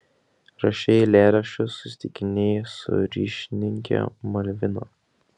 rašei eilėraščius susitikinėjai su ryšininke malvina